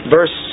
Verse